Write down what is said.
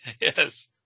Yes